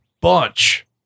bunch